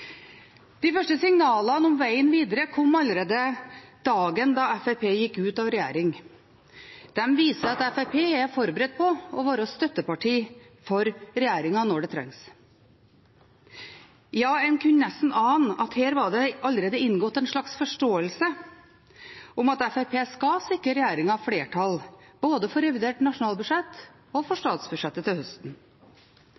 De første signalene om veien videre kom allerede den dagen Fremskrittspartiet gikk ut av regjering. De viser at Fremskrittspartiet er forberedt på å være støtteparti for regjeringen når det trengs. Ja, en kunne nesten ane at her var det allerede inngått en slags forståelse om at Fremskrittspartiet skal sikre regjeringen flertall både for revidert nasjonalbudsjett og for